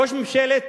ראש ממשלת